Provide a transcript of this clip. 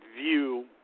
view